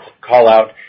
call-out